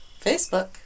Facebook